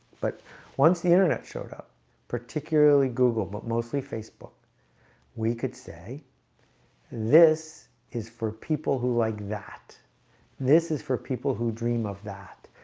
but once the internet showed up particularly google but mostly facebook we could say this is for people who like that this is for people who dream of that.